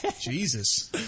Jesus